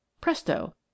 presto